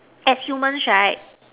as humans right